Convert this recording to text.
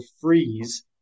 freeze